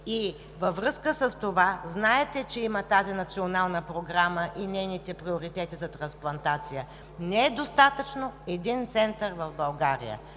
Във връзка с това, знаете, че има национална програма с приоритети за трансплантация. Не е достатъчен един център в България.